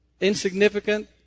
insignificant